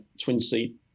twin-seat